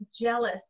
jealous